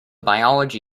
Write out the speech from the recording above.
biology